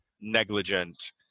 negligent